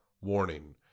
Warning